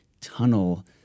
tunnel